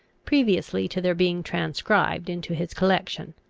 previously to their being transcribed into his collection,